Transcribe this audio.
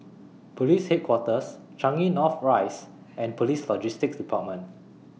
Police Headquarters Changi North Rise and Police Logistics department